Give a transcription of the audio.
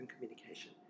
communication